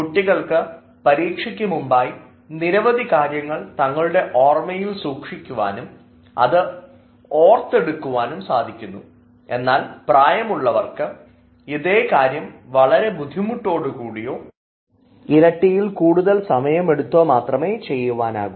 കുട്ടികൾക്ക് പരീക്ഷയ്ക്ക് മുമ്പായി നിരവധി കാര്യങ്ങൾ തങ്ങളുടെ ഓർമ്മയിൽ സൂക്ഷിക്കുവാനും അത് ഓർത്തെടുക്കുവാൻ സാധിക്കുന്നു എന്നാൽ പ്രായമായവർക്ക് ഇതേ കാര്യം വളരെ ബുദ്ധിമുട്ടോടുകൂടിയൊ ഇരട്ടിയിൽ കൂടുതൽ സമയം എടുത്തൊ മാത്രമേ ചെയ്യുവാനാകു